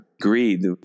greed